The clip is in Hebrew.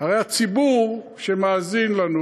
הרי הציבור שמאזין לנו,